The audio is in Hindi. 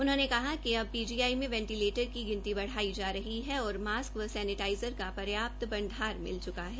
उन्होंने कहा कि अब पीजीआई में वेंटीलेटर की गिनती बढाई जा रही है और मास्क व सैनीटाईजर का प्रर्याप्त भंडार मिल चुका है